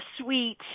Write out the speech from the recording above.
sweet